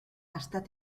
estat